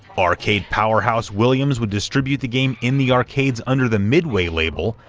arcade powerhouse williams would distribute the game in the arcades under the midway label,